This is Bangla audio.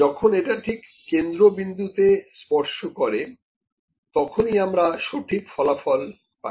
যখন এটা ঠিক কেন্দ্রবিন্দুতে স্পর্শ করে তখনই আমরা সঠিক ফলাফল পাই